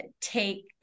take